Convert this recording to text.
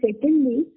secondly